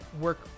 work